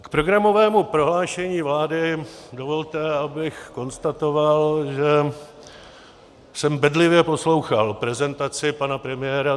K programovému prohlášení vlády dovolte, abych konstatoval, že jsem bedlivě poslouchal prezentaci pana premiéra.